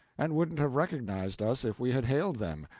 and wouldn't have recognized us if we had hailed them,